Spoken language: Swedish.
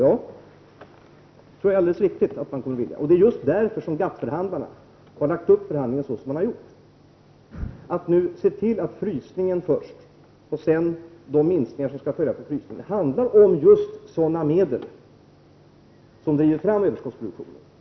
Ja, det är alldeles riktigt att man kommer att vilja det, och det är just därför som GATT-förhandlarna har lagt upp förhandlingarna så som de har gjort — först frysningen och sedan de minskningar som skall följa på frysningen. Det handlar just om sådana medel som driver fram överskottsproduktionen.